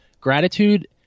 gratitude